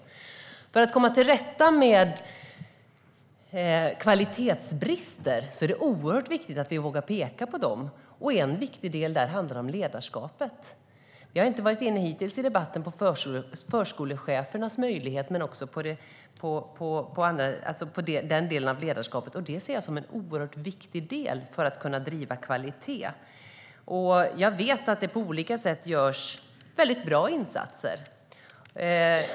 För att vi ska komma till rätta med kvalitetsbrister är det oerhört viktigt att vi vågar peka på dem. En viktig del handlar om ledarskapet. Vi har hittills i debatten inte varit inne på förskolechefernas möjlighet och den delen av ledarskapet. Det ser jag som en oerhört viktig del för att kunna driva kvalitet. Jag vet att det på olika sätt görs väldigt bra insatser.